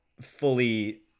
fully